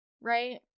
right